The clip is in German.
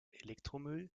elektromüll